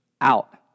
out